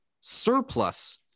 surplus